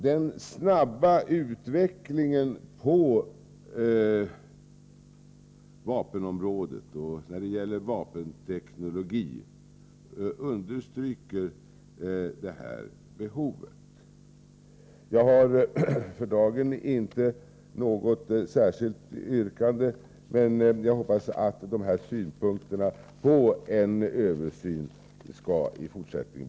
Den snabba utvecklingen på vapenteknologins område understryker behovet härav. Jag har för dagen inte något särskilt yrkande, men jag hoppas att de här synpunkterna på behovet av en översyn skall bli beaktade i fortsättningen.